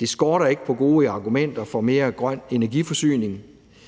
Det skorter ikke på gode argumenter for en mere grøn energiforsyning.